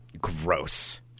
gross